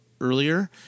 earlier